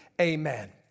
Amen